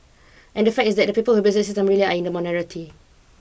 and the fact is that the people who abuse the system really are in the minority